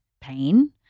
pain